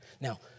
Now